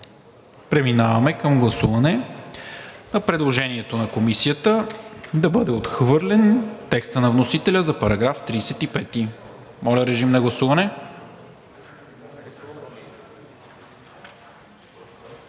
Преминаваме към гласуване на предложението на Комисията да бъде отхвърлен текстът на вносителя за § 35. Моля, режим на гласуване.